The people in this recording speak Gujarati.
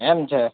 એમ છે